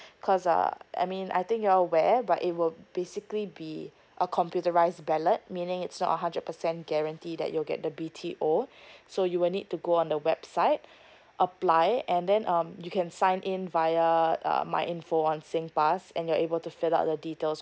cause uh I mean I think you're aware but it will basically be a computerized ballot meaning it's not a hundred percent guarantee that you get the B_T_O so you will need to go on the website apply and then um you can sign in via err my info on sing pass and you're able to fill up the details